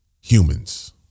humans